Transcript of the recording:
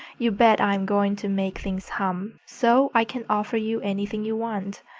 you bet i am going to make things hum, so i can offer you anything you want.